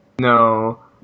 No